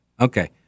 Okay